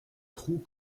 trou